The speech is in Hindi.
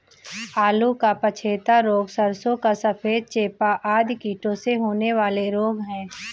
आलू का पछेता रोग, सरसों का सफेद चेपा आदि कीटों से होने वाले रोग हैं